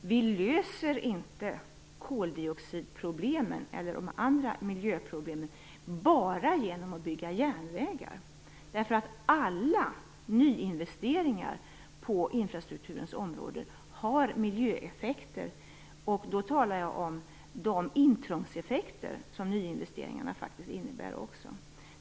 vi inte löser koldioxidproblemen eller de andra miljöproblemen genom att bara bygga järnvägar. Alla nyinvesteringar på infrastrukturens område har miljöeffekter, och då talar jag om de intrångseffekter som nyinvesteringarna faktiskt också innebär.